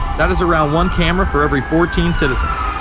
that is around one camera for every fourteen citizens.